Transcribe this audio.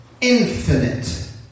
infinite